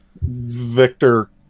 Victor